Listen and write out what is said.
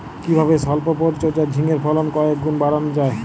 কিভাবে সল্প পরিচর্যায় ঝিঙ্গের ফলন কয়েক গুণ বাড়ানো যায়?